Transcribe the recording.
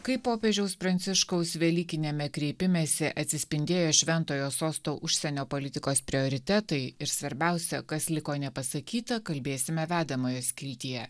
kai popiežiaus pranciškaus velykiniame kreipimesi atsispindėjo šventojo sosto užsienio politikos prioritetai ir svarbiausia kas liko nepasakyta kalbėsime vedamoje skiltyje